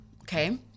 Okay